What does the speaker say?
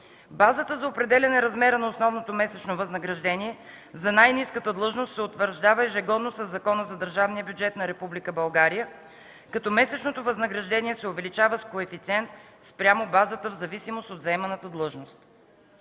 Базата за определяне размера на основното месечно възнаграждение за най-ниската длъжност се утвърждава ежегодно със Закона за държавния бюджет на Република България, като месечното възнаграждение се увеличава с коефициент спрямо базата в зависимост от заеманата длъжност.